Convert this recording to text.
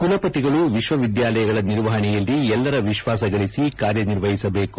ಕುಲಪತಿಗಳು ವಿಶ್ವವಿದ್ಯಾಲಯಗಳ ನಿರ್ವಹಣೆಯಲ್ಲಿ ಎಲ್ಲರ ವಿಶ್ವಾಸಗಳಸಿ ಕಾರ್ಯನಿರ್ವಹಿಸಬೇಕು